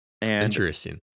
Interesting